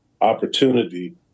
opportunity